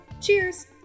Cheers